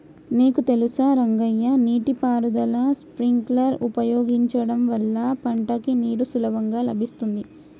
నీకు తెలుసా రంగయ్య నీటి పారుదల స్ప్రింక్లర్ ఉపయోగించడం వల్ల పంటకి నీరు సులభంగా లభిత్తుంది